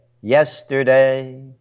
Yesterday